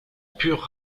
pure